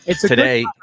today –